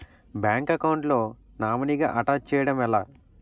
Bank account లో నామినీగా attach చేయడం ఎలా?